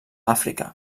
àfrica